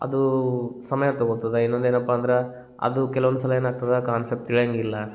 ಅದು ಸಮಯ ತಗೋತದೆ ಇನ್ನೊಂದೇನಪ್ಪ ಅಂದ್ರೆ ಅದು ಕೆಲ್ವೊಂದು ಸಲ ಏನಾಗ್ತದೆ ಕಾನ್ಸೆಪ್ಟ್ ತಿಳಿಯಂಗಿಲ್ಲ